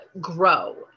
grow